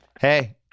Hey